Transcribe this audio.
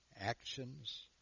actions